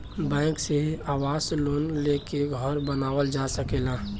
bank से आवास loan लेके घर बानावल जा सकेला